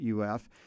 uf